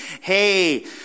hey